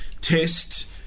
test